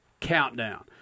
countdown